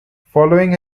following